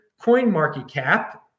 CoinMarketCap